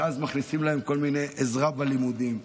ואז מכניסים להם עזרה בלימודים.